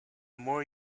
more